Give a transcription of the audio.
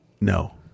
No